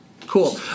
cool